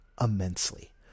immensely